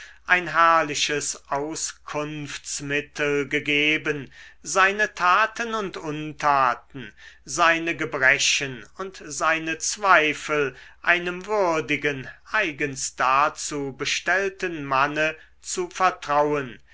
ein herrliches auskunftsmittel gegeben seine taten und untaten seine gebrechen und seine zweifel einem würdigen eigens dazu bestellten manne zu vertrauen